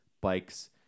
bikes